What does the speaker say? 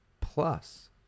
plus